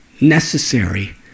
necessary